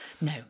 No